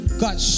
God